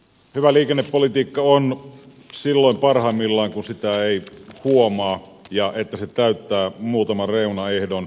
hyvä liikennepolitiikka on silloin parhaimmillaan kun sitä ei huomaa ja kun se täyttää muutaman reunaehdon